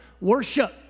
worship